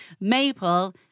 Maple